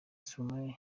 stromae